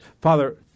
Father